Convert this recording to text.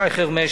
שי חרמש,